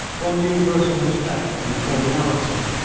won universal respect and cordiality.